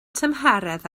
tymheredd